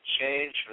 change